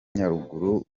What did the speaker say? nyaruguru